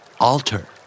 Alter